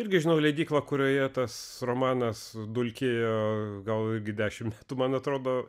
irgi žinau leidyklą kurioje tas romanas dulkėjo gal irgi dešimt tu man atrodo